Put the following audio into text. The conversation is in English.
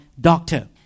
doctor